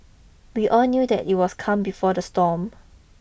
we all knew that it was calm before the storm